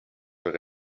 with